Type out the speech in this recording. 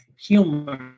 humor